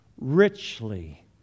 richly